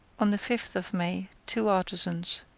on the fifth of may two artisans,